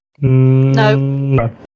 No